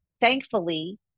thankfully